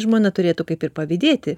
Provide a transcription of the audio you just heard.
žmona turėtų kaip ir pavydėti